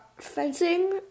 fencing